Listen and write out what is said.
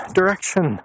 direction